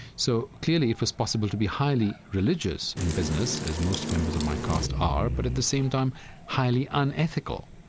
so, clearly, it was possible to be highly religious in business, as most members of my caste are, but at the same time highly unethical,